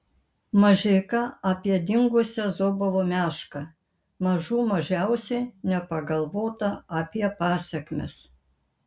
mažeika apie dingusią zobovo mešką mažų mažiausiai nepagalvota apie pasekmes